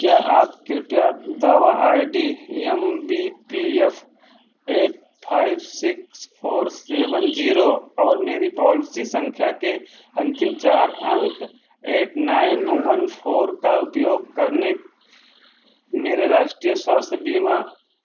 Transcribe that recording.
क्या आप कृपया दावा I D M B P F eight five six four seven zero और मेरी पॉलिसी संख्या के अंतिम चार अंक एट नाइन वन फोर का उपयोग करने मेरे राष्ट्रीय स्वास्थ्य